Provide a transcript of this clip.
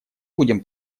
будем